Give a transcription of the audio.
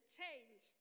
change